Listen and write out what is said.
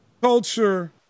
culture